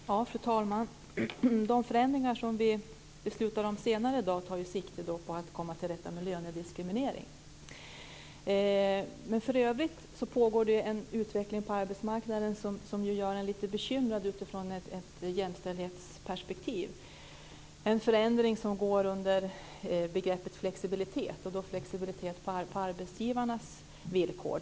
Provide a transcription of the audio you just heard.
Fru talman! De förändringar som vi beslutar om senare i dag tar sikte på att komma till rätta med lönediskriminering, men i övrigt pågår det en utveckling på arbetsmarknaden som gör mig lite bekymrad i ett jämställdhetsperspektiv. Förändringen går under beteckningen flexibilitet - en flexibilitet på arbetsgivarnas villkor.